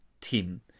team